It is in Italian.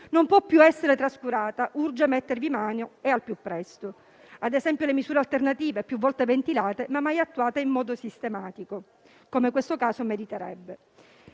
non può più essere trascurata: urge mettervi mano e al più presto. Ad esempio, le misure alternative più volte ventilate non sono mai state attuate in modo sistematico, come questo caso meriterebbe,